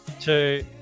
two